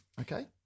okay